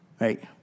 Right